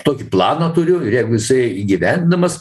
tokį planą turiu ir jeigu jisai įgyvendinamas